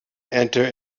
enter